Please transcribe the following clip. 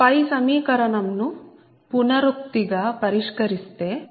పై సమీకరణం ను పునరుక్తిగా పరిష్కరిస్తే 2311